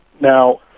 Now